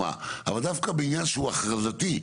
אבל, דווקא בעניין שהוא הכרזתי.